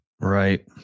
Right